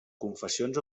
confessions